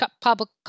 public